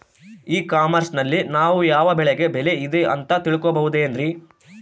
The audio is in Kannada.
ಇ ಕಾಮರ್ಸ್ ನಲ್ಲಿ ನಾವು ಯಾವ ಬೆಳೆಗೆ ಬೆಲೆ ಇದೆ ಅಂತ ತಿಳ್ಕೋ ಬಹುದೇನ್ರಿ?